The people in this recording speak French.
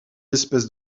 espèces